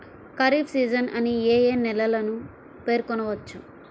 Kharif season అని ఏ ఏ నెలలను పేర్కొనవచ్చు?